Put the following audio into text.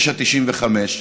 9.95,